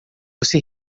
você